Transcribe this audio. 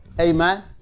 Amen